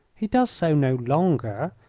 he does so no longer.